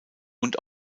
und